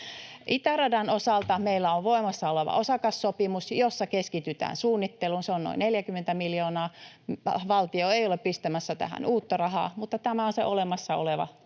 Itäradan osalta meillä on voimassa oleva osakassopimus, jossa keskitytään suunnitteluun, se on noin 40 miljoonaa. Valtio ei ole pistämässä tähän uutta rahaa, mutta tämä on se olemassa oleva tilanne.